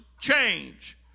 change